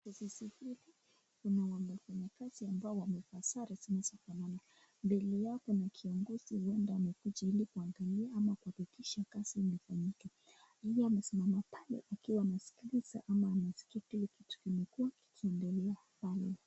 kwa sisi wote tunaomba nafasi ambao wamefanya kazi na sisi kama mbele yako na kiongozi huenda amekujiri kwa amani ama kuhakikisha kazi imefanyika. Yeye amesimama pale akiwa amesikiliza ama amesikia kile kitu kimekuwa kikiendelea.